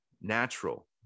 natural